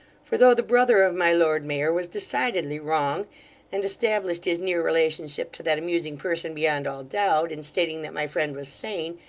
for though the brother of my lord mayor was decidedly wrong and established his near relationship to that amusing person beyond all doubt, in stating that my friend was sane,